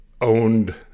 owned